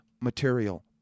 material